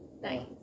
Nice